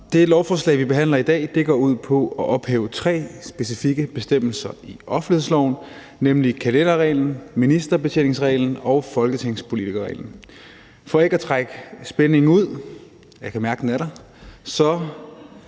Det lovforslag, vi behandler i dag, går ud på at ophæve tre specifikke bestemmelser i offentlighedsloven, nemlig kalenderreglen, ministerbetjeningsreglen og folketingspolitikerreglen. For ikke at trække spændingen ud – jeg kan mærke, den er der –